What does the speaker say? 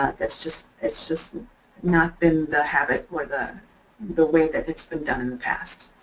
ah it's just it's just not been the habit or the the way that it's been done in the past.